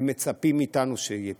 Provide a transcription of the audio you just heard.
הם מצפים מאתנו שיהיה פתרון.